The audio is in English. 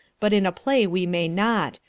but in a play we may not,